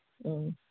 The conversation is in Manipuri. ꯎꯝ